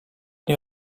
nie